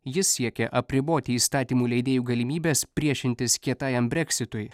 jis siekia apriboti įstatymų leidėjų galimybes priešintis kietajam breksitui